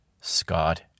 Scott